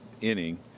inning